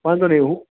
વાંધો નઈ હું